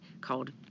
called